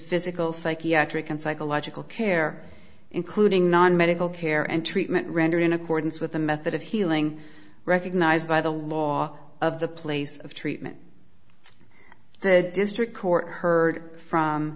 physical psychiatric and psychological care including non medical care and treatment rendered in accordance with the method of healing recognized by the law of the place of treatment the district court heard from